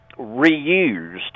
reused